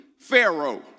Pharaoh